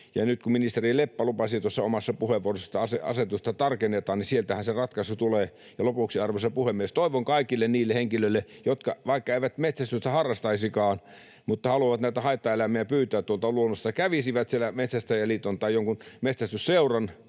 Nyt kun ministeri Leppä lupasi tuossa omassa puheenvuorossaan, että asetusta tarkennetaan, niin sieltähän se ratkaisu tulee. Ja lopuksi, arvoisa puhemies: Toivon kaikille niille henkilöille, jotka haluavat näitä haittaeläimiä pyytää tuolta luonnosta, vaikka eivät metsästystä harrastaisikaan, että he kävisivät siellä Metsästäjäliiton tai jonkun metsästysseuran